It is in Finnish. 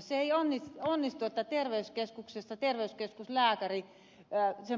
se ei onnistu että terveyskeskuksesta terveyskeskuslääkäri